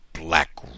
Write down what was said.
black